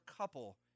couple